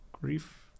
grief